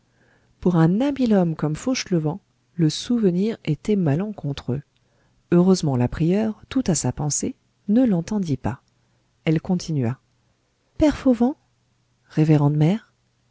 pour un habile homme comme fauchelevent le souvenir était malencontreux heureusement la prieure toute à sa pensée ne l'entendit pas elle continua père fauvent révérende mère